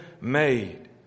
made